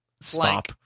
stop